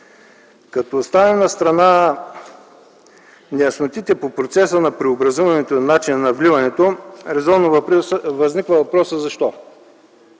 Като оставим настрана неяснотите по процеса на преобразуването и начина на вливането, резонно възниква въпросът защо.